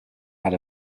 out